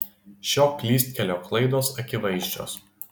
šio klystkelio klaidos akivaizdžios